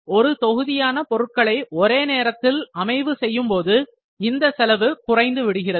ஒரு தொகுதியான பொருட்களை ஒரே நேரத்தில் அமைவு செய்யும்போது இந்த செலவு குறைந்து விடுகிறது